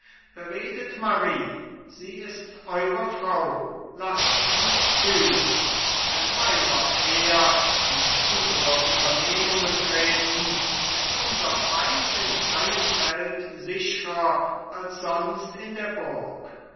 beredet marie sie ist eure frau laßt sie's fühlen wenn weiber quer in unsere unternehmung treten ist unser feind im freien feld sichrer als sonst in der burg